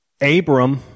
Abram